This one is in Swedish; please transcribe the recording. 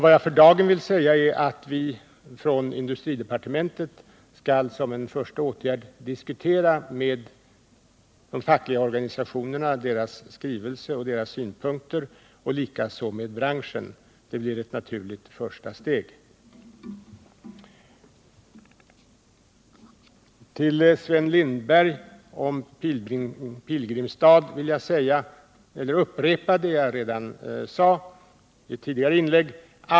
Vad jag för dagen vill säga är att vi i industridepartementet som en första åtgärd skall diskutera de fackliga organisationernas synpunkter med dem och med branschen. Det blir ett naturligt första steg. För Sven Lindberg vill jag upprepa det jag sade i ett tidigare inlägg.